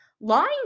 lying